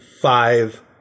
five